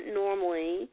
normally